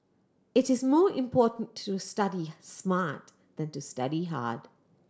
it is more important to study smart than to study hard